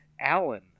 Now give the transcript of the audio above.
alan